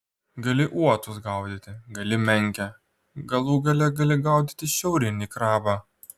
gali uotus gaudyti gali menkę galų gale gali gaudyti šiaurinį krabą